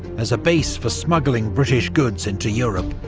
as a base for smuggling british goods into europe.